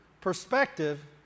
perspective